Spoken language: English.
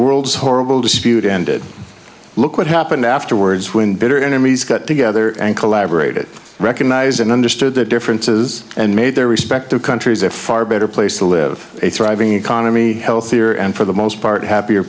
world's horrible dispute ended look what happened afterwards when bitter enemies got together and collaborated recognized and understood their differences and made their respective countries a far better place to live a thriving economy healthier and for the most part happier